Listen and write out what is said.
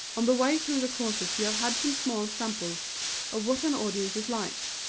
on the way through the courses you have had some small samples of what an audience is like.